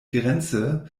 grenze